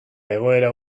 egoera